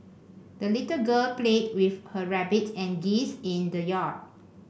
the little girl played with her rabbit and geese in the yard